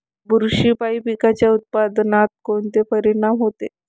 बुरशीपायी पिकाच्या उत्पादनात कोनचे परीनाम होते?